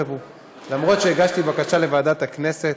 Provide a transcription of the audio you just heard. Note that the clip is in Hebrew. אף על פי שהגשתי בקשה לוועדת הכנסת.